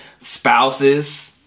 spouses